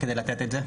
כדי לתת את זה?